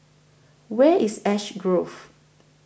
Where IS Ash Grove